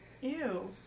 Ew